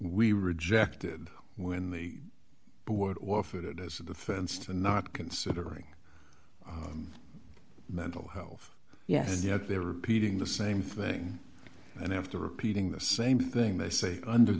we rejected when the board offered it as a defense to not considering mental health yes as yet they're repeating the same thing and after repeating the same thing they say under